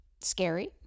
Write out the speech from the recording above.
scary